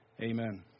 Amen